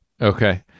Okay